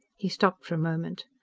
he stopped for a moment.